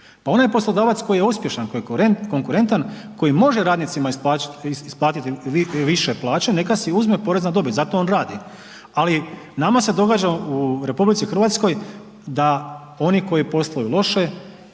Pa onaj poslodavac koji je uspješan koji je konkurentan koji može radnicima isplatiti više plaće neka si uzme porez na dobit, zato on radi. Ali nama se događa u RH da oni koji posluju loše,